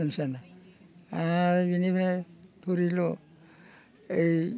जिनिसानो आरो बिनिफाय थुरिल' ओइ